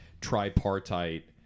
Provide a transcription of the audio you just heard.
tripartite